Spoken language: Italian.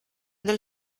del